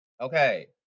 Okay